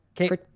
Okay